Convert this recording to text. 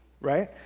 right